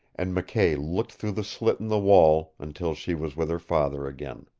and mckay looked through the slit in the wall until she was with her father again.